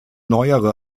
neuere